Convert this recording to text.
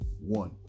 one